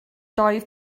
doedd